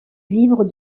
vivre